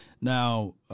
Now –